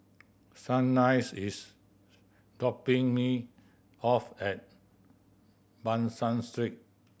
Shanice is dropping me off at Ban San Street